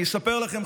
אני אספר לכם,